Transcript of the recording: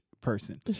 person